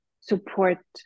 support